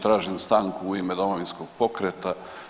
Tražim stanku u ime Domovinskog pokreta.